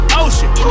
ocean